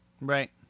Right